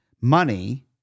money